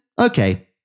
Okay